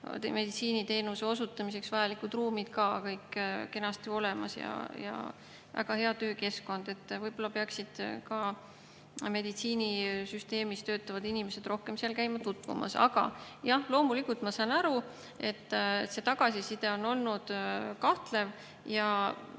meditsiiniteenuse osutamiseks vajalikud ruumid kõik kenasti olemas ja on ka väga hea töökeskkond. Võib-olla peaksid meditsiinisüsteemis töötavad inimesed rohkem seal käima tutvumas. Aga loomulikult ma saan aru, et tagasiside on olnud kahtlev.